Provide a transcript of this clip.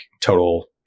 total